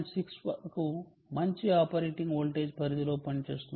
6 వరకు మంచి operating voltage పరిధిలో పనిచేస్తుంది